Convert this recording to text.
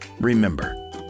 remember